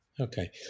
Okay